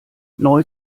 neu